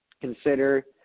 consider